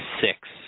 six